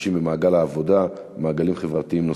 החירשים במעגל העבודה ובמעגלים חברתיים נוספים.